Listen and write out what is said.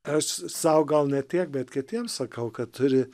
aš sau gal ne tiek bet kitiem sakau kad turi